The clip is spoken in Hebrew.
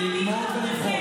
ללמוד ולבחון,